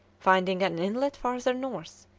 finding an inlet farther north,